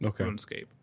Okay